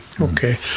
Okay